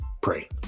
pray